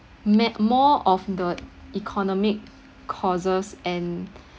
met~ more of the economic causes and